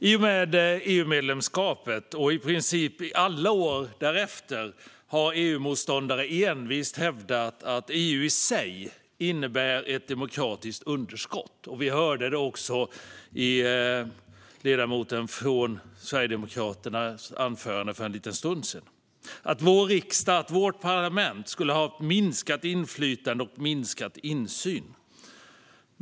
I och med EU-medlemskapet och i princip i alla år därefter har EU-motståndare envist hävdat att EU i sig innebär ett demokratiskt underskott. Vi hörde det också i anförandet av ledamoten från Sverigedemokraterna för en liten stund sedan. Man menar att vår riksdag, vårt parlament, skulle ha fått ett minskat inflytande och en minskad insyn.